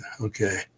Okay